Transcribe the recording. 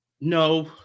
no